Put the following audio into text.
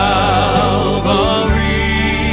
Calvary